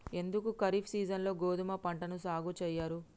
ఎందుకు ఖరీఫ్ సీజన్లో గోధుమ పంటను సాగు చెయ్యరు?